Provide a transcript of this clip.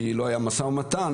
כי לא היה משא ומתן,